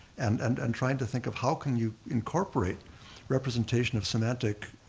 and and and trying to think of how can you incorporate representation of semantic